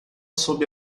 sob